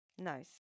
Nice